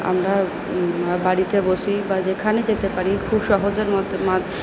আমরা বাড়িতে বসি বা যেখানে যেতে পারি খুব সহজের